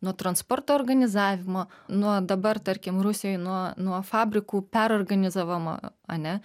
nuo transporto organizavimo nuo dabar tarkim rusijoj nuo nuo fabrikų perorganizavimo ane